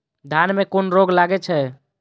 धान में कुन रोग लागे छै?